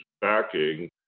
backing